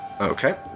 Okay